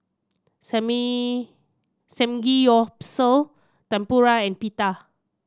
Samgeyopsal Tempura and Pita